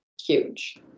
huge